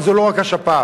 אבל זו לא רק השפעת.